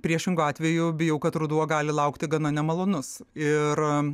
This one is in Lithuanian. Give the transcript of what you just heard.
priešingu atveju bijau kad ruduo gali laukti gana nemalonus ir